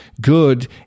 good